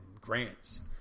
grants